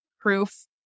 proof